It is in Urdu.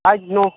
آج نو